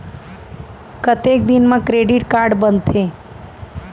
कतेक दिन मा क्रेडिट कारड बनते?